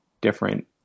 different